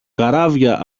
καράβια